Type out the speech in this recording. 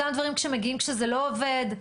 אותם דברים כשמגיעים שזה לא עובד,